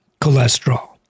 cholesterol